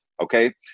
Okay